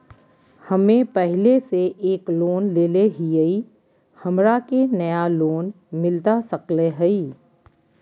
हमे पहले से एक लोन लेले हियई, हमरा के नया लोन मिलता सकले हई?